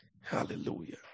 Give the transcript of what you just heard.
Hallelujah